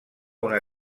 una